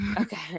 okay